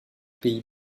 pays